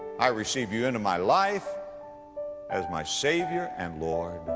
i receive you into my life as my savior and lord.